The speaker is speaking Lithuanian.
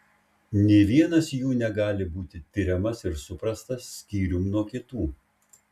nė vienas jų negali būti tiriamas ir suprastas skyrium nuo kitų